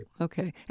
Okay